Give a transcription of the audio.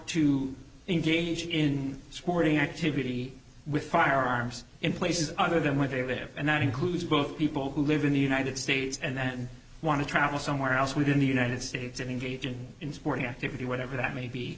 to engage in sporting activity with firearms in places other than with it and that includes both people who live in the united states and then want to travel somewhere else we did the united states engaging in sporting activity whatever that may be